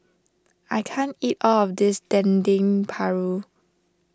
I can't eat all of this Dendeng Paru